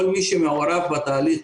כל מי שמעורב בתהליך,